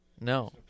No